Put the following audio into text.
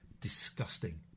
disgusting